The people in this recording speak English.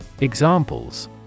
Examples